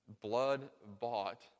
blood-bought